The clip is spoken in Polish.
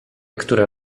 które